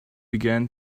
began